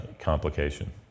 complication